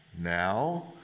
Now